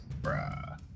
bruh